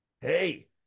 Hey